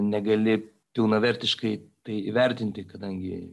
negali pilnavertiškai tai įvertinti kadangi